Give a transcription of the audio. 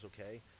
okay